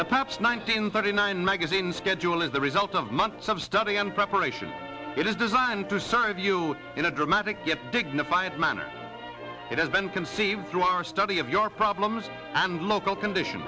the pap's nineteen thirty nine magazine schedule is the result of months of study and preparation it is designed to serve you in a dramatic get dignified manner it has been conceived through our study of your problems and local condition